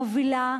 מובילה,